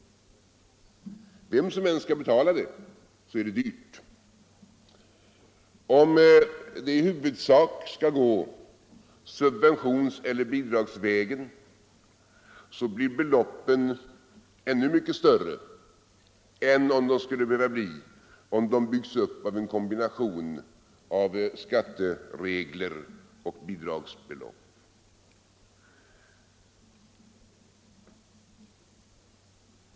Den blir dyr vem som än skall betala. Om den i huvudsak skall betalas subventions eller bidragsvägen blir beloppen ännu mycket större än de skulle behöva bli om de byggdes upp av en kombination av skatteregler och bidragsbelopp.